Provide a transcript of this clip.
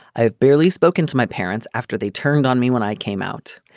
i have barely spoken to my parents after they turned on me when i came out.